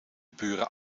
buren